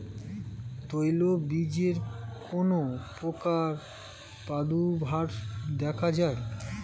তৈলবীজে কোন পোকার প্রাদুর্ভাব দেখা যায়?